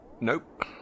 Nope